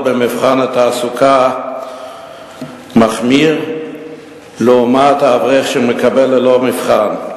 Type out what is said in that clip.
במבחן תעסוקה מחמיר לעומת האברך שמקבל ללא מבחן.